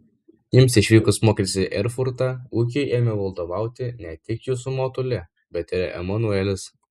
jums išvykus mokytis į erfurtą ūkiui ėmė vadovauti ne tik jūsų motulė bet ir emanuelis